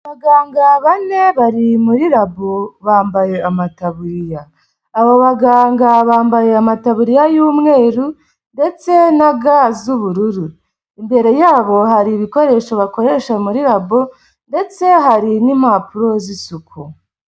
Abaganga bane bari muri labo bambaye amataburiya. Abo baganga bambaye amataburiya y'umweru ndetse na ga z'ubururu. Imbere yabo hari ibikoresho bakoresha muri labo ndetse hari n'impapuro z'isuku.